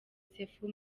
sefu